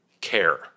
care